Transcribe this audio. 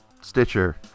Stitcher